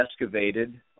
excavated